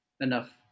enough